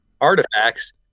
artifacts